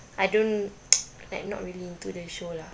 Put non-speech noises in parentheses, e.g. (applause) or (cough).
I don't (noise) like not really into the show lah